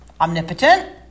omnipotent